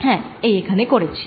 হ্যাঁ এই এখানে করেছি